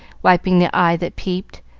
wiping the eye that peeped,